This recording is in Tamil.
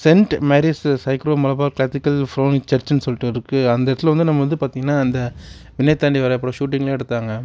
சென்ட் மேரீசஸ் சைக்ரோ மலபார் கிளாத்திகள் பிளோமிங் சர்ச்ன்னு சொல்லிட்டு ஒன்று இருக்குது அந்த இடத்துல வந்து நம்ம வந்து பார்த்தீங்னா அந்த விண்ணைத்தாண்டி வருவாயா படம் ஷூட்டிங்கெலாம் எடுத்தாங்க